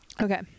Okay